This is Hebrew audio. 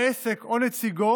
העסק או נציגו